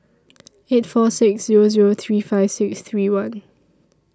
eight four six Zero Zero three five six three one